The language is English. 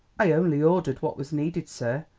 i only ordered what was needed, sir,